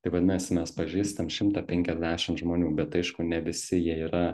tai vadinasi mes pažįstam šimtą penkiasdešim žmonių bet aišku ne visi jie yra